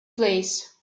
place